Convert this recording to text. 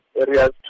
areas